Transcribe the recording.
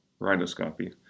rhinoscopy